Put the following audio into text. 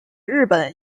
日本